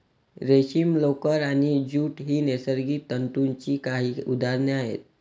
रेशीम, लोकर आणि ज्यूट ही नैसर्गिक तंतूंची काही उदाहरणे आहेत